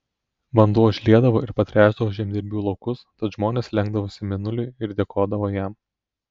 vanduo užliedavo ir patręšdavo žemdirbių laukus tad žmonės lenkdavosi mėnuliui ir dėkodavo jam